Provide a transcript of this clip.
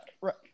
right